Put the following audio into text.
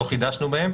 לא חידשנו בהם